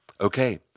Okay